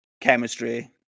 chemistry